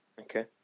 Okay